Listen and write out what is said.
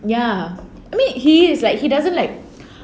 ya I mean he is he doesn't like